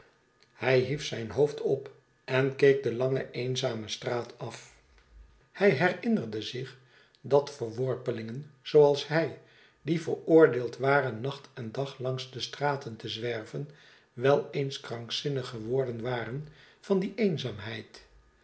hij hief zijn hoofd op en keek de lange eenzame straat af hij herinnerde zich dat verworpelingen zooals hij die veroordeeld waren nacht en dag langs de straten te zwerven wel eens krankzinnig geworden waren van die eenzaamheid